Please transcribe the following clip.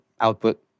output